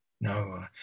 No